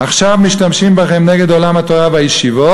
עכשיו משתמשים בכם נגד עולם התורה בישיבות,